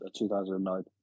2009